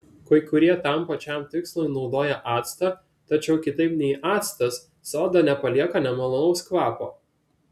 kai kurie tam pačiam tikslui naudoja actą tačiau kitaip nei actas soda nepalieka nemalonaus kvapo